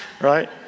right